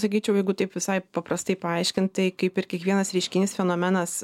sakyčiau jeigu taip visai paprastai paaiškint tai kaip ir kiekvienas reiškinys fenomenas